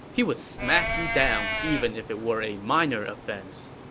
he would smack you down even if it were a minor offense.